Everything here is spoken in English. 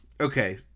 Okay